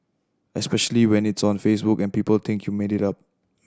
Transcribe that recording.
especially when it's on Facebook and people think you made it up